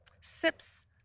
Sips